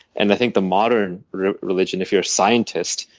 and i think the modern religion, if you're a scientist,